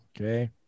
Okay